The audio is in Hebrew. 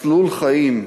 מסלול חיים מפואר,